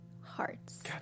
hearts